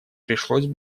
пришлось